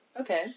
Okay